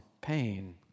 pain